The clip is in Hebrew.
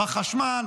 בחשמל,